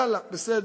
יאללה, בסדר.